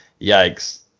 Yikes